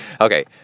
Okay